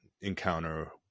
encounter